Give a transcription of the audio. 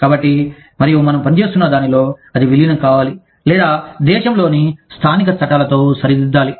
కాబట్టి మరియు మనం పనిచేస్తున్న దానిలో అది విలీనం కావాలి లేదా దేశంలోని స్థానిక చట్టాలతో సరిదిద్దాలి